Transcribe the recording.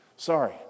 Sorry